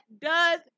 does-